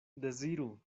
deziru